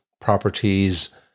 properties